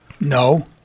No